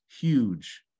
huge